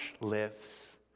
lives